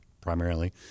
primarily